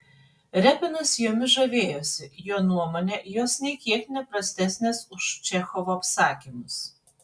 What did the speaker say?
repinas jomis žavėjosi jo nuomone jos nė kiek ne prastesnės už čechovo apsakymus